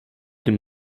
dem